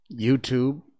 YouTube